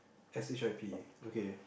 S_H_I_P okay